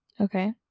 Okay